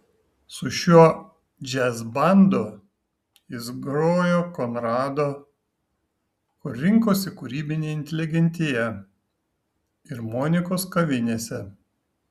su šiuo džiazbandu jis grojo konrado kur rinkosi kūrybinė inteligentija ir monikos kavinėse